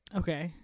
okay